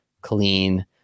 clean